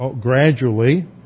Gradually